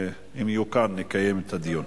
יהיו כאן, נקיים את הדיון.